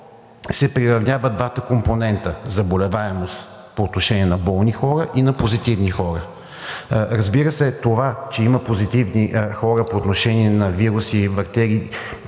се приравняват двата компонента – заболеваемост по отношение на болни хора и на позитивни хора? Разбира се, това, че има позитивни хора по отношение на вируси и бактерии,